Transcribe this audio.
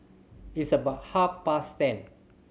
its about half past ten